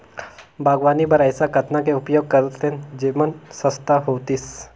बागवानी बर ऐसा कतना के उपयोग करतेन जेमन सस्ता होतीस?